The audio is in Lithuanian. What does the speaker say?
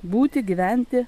būti gyventi